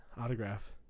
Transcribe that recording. autograph